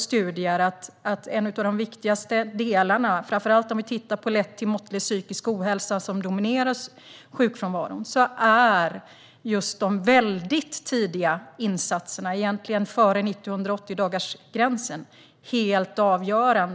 Studier av lätt till måttlig psykisk ohälsa, som dominerar sjukfrånvaron, visar att de riktigt tidiga insatserna, egentligen före 90 och 180-dagarsgränsen, är helt avgörande.